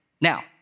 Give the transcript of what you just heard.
Now